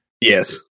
Yes